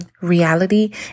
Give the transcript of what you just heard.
reality